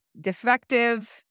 defective